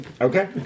Okay